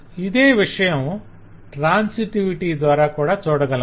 ఇదే విషయం ట్రాన్సిటివిటి ద్వార కూడా చూడగలం